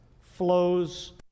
flows